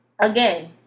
again